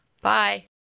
Bye